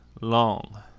long